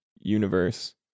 universe